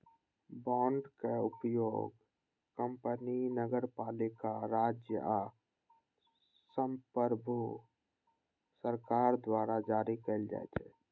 बांडक उपयोग कंपनी, नगरपालिका, राज्य आ संप्रभु सरकार द्वारा जारी कैल जाइ छै